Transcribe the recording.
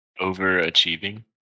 Overachieving